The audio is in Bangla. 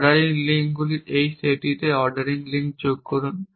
অর্ডারিং লিঙ্কগুলির এই সেটটিতে অর্ডারিং লিঙ্ক যুক্ত করুন